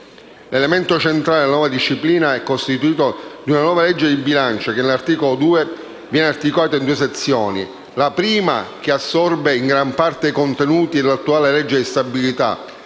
L'elemento centrale della nuova disciplina è costituito dalla nuova legge di bilancio, che nell'articolo 2 viene articolata in due sezioni: la prima, che assorbe in gran parte i contenuti dell'attuale legge di stabilità,